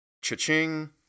Cha-ching